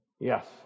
yes